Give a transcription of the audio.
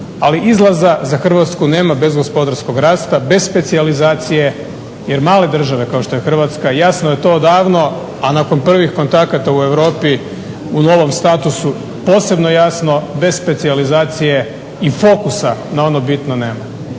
ali izlaza za Hrvatsku nema bez gospodarskog rasta, bez specijalizacije. Jer male države kao što je Hrvatska, jasno je to odavno, a nakon prvih kontakata u Europi u novom statusu posebno jasno bez specijalizacije i fokusa na ono bitno nemamo.